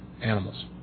animals